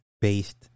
based